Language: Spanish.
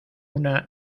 una